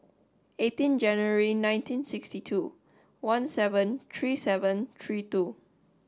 eighteen January nineteen sixty two one seven three seven three two